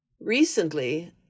Recently